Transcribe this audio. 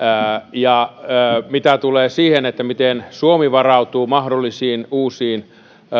ja mitä tulee siihen miten suomi varautuu mahdollisiin uusiin